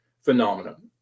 phenomenon